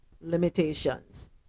limitations